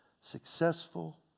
successful